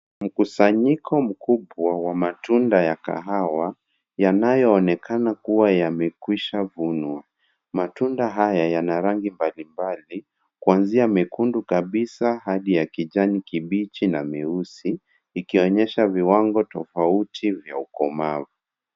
Mkusanyiko mkubwa wa matunda ya kahawa, yanayo onekana kuwa yame kwishavunwa. Matunda haya yana rangi mbalimbali, kwanzia mekundu kabisa hadi kijani kibichi na meusi ,ikionyesha viwango tofauti vya ukomavu.